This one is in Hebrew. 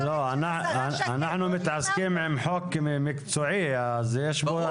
אנחנו מתעסקים עם חוק מקצועי אז יש פה אנשי מקצוע.